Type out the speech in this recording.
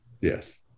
yes